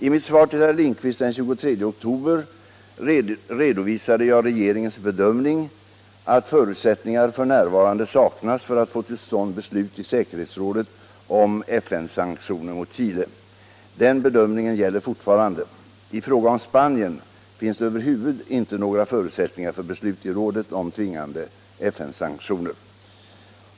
I mitt svar till herr Lindkvist den 23 oktober redovisade jag regeringens bedömning att förutsättningar f. n. saknas för att få till stånd beslut i säkerhetsrådet om FN-sanktioner mot Chile. Den bedömningen gäller fortfarande. I fråga om Spanien finns det över huvud inte några förutsättningar för beslut i rådet om tvingande FN-sanktioner.